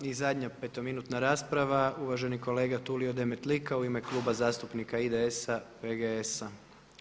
I zadnja petominutna rasprava uvaženi kolega Tulio Demetlika u ime Kluba zastupnika IDS-a, PGS-a.